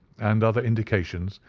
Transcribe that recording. and other indications,